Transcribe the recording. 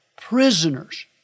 prisoners